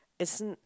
as in